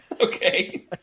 Okay